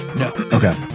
Okay